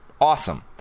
awesome